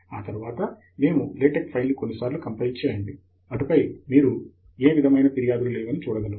ఆ తరువాత మేము లేటెక్ ఫైల్ ని కొన్ని సార్లు కంపైల్ చేయండి అటుపై మీరు ఏ విధమినా ఫిర్యాదులు లేవని చూడగలరు